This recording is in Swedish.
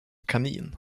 kanin